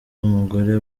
n’umugore